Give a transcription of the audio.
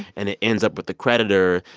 and it ends up with the creditor.